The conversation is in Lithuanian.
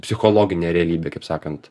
psichologinė realybė kaip sakant